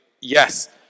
yes